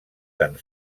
tan